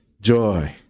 Joy